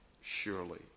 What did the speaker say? Surely